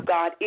God